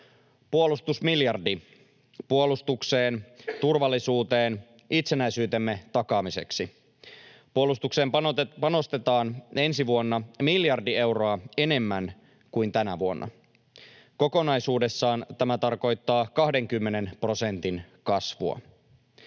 Puolustusmiljardi puolustukseen, turvallisuuteen, itsenäisyytemme takaamiseksi — puolustukseen panostetaan ensi vuonna miljardi euroa enemmän kuin tänä vuonna. Kokonaisuudessaan tämä tarkoittaa 20 prosentin kasvua.